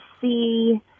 see